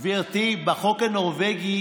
גברתי, בחוק הנורבגי